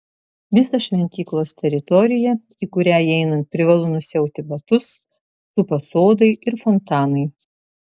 visą šventyklos teritoriją į kurią įeinant privalu nusiauti batus supa sodai ir fontanai